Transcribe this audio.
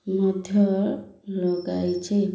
ମଧ୍ୟ ଲଗାଇଛି